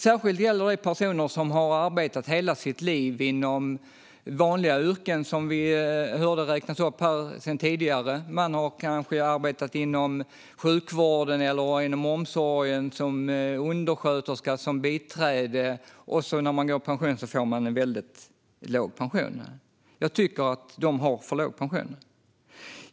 Särskilt gäller det personer som har arbetat hela sitt liv inom vanliga yrken som vi hörde räknas upp här tidigare. Man har kanske arbetat inom sjukvården eller omsorgen som undersköterska eller biträde, och när man sedan går i pension får man en väldigt låg pension. Jag tycker att de personerna har för låg pension.